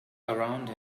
around